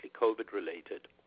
COVID-related